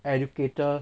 educator